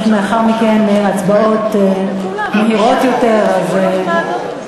יש לאחר מכן הצבעות מהירות יותר, אז בבקשה.